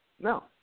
No